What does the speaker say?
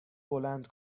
بلند